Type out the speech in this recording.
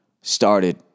started